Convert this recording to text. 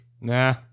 Nah